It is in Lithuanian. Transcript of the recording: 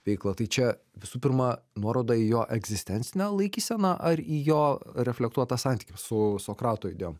veiklą tai čia visų pirma nuoroda į jo egzistencinę laikyseną ar į jo reflektuotą santykį su sokrato idėjom